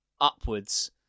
upwards